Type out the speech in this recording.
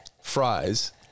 fries